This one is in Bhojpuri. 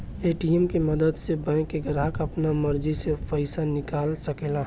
ए.टी.एम के मदद से बैंक के ग्राहक आपना मर्जी से पइसा निकाल सकेला